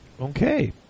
Okay